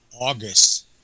August